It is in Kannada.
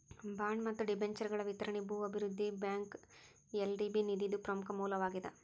ಬಾಂಡ್ ಮತ್ತ ಡಿಬೆಂಚರ್ಗಳ ವಿತರಣಿ ಭೂ ಅಭಿವೃದ್ಧಿ ಬ್ಯಾಂಕ್ಗ ಎಲ್.ಡಿ.ಬಿ ನಿಧಿದು ಪ್ರಮುಖ ಮೂಲವಾಗೇದ